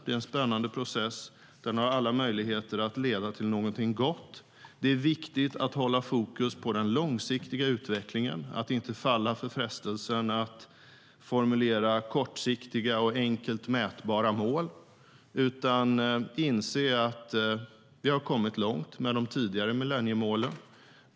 Det är en spännande process som har alla möjligheter att leda till någonting gott. Det är viktigt att hålla fokus på den långsiktiga utvecklingen, att inte falla för frestelsen att formulera kortsiktiga och enkelt mätbara mål utan inse att vi har kommit långt med de tidigare millenniemålen.